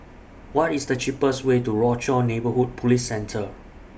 What IS The cheapest Way to Rochor Neighborhood Police Centre